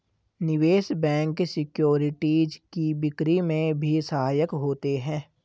निवेश bank securities की बिक्री में भी सहायक होते हैं